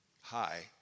Hi